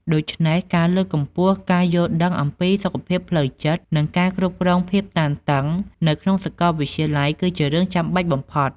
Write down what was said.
ដូច្នេះ ការលើកកម្ពស់ការយល់ដឹងអំពីសុខភាពផ្លូវចិត្ត និងការគ្រប់គ្រងភាពតានតឹងនៅក្នុងសាកលវិទ្យាល័យគឺជារឿងចាំបាច់បំផុត។